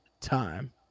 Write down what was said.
time